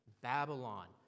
Babylon